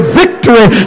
victory